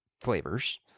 flavors